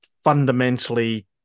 fundamentally